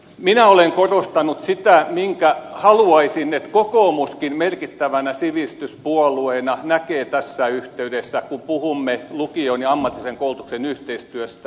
minä olen korostanut sitä minkä haluaisin että kokoomuskin merkittävänä sivistyspuolueena näkee tässä yhteydessä kun puhumme lukion ja ammatillisen koulutuksen yhteistyöstä